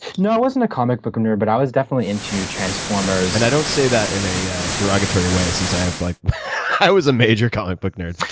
no i wasn't a comic book nerd, but i was definitely into transformers. and i don't say that in a a derogatory way, since i like i was a major comic book nerd.